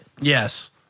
Yes